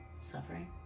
suffering